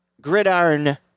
gridiron